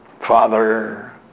Father